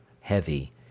heavy